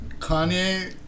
Kanye